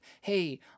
hey